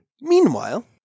Meanwhile